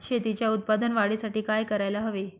शेतीच्या उत्पादन वाढीसाठी काय करायला हवे?